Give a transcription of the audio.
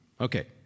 Okay